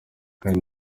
kandi